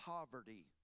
Poverty